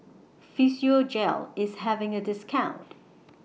Physiogel IS having A discount